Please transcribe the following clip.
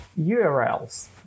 URLs